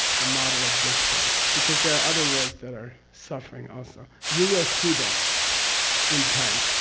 the model of this world because there are other worlds that are suffering also. you will see them in time.